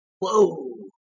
Whoa